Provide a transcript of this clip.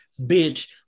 bitch